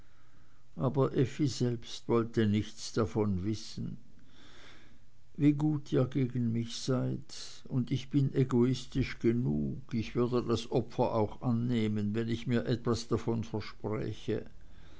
aber effi selbst wollte nichts davon wissen wie gut ihr gegen mich seid und ich bin egoistisch genug ich würde das opfer auch annehmen wenn ich mir etwas davon verspräche